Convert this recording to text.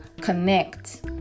connect